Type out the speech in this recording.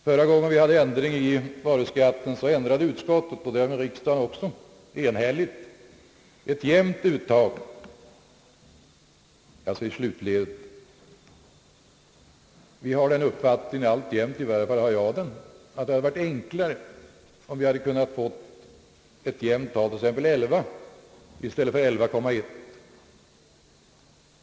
Förra gången vi ändrade varuskatten justerade utskottet och riksdagen också enhälligt till ett jämnt uttag i slutledet. Vi har den uppfattningen alltjämt — i varje fall har jag den — att det hade varit enklare med ett jämnt tal, exempelvis 11 i stället för 11,1.